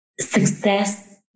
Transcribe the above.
success